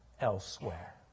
elsewhere